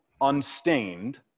unstained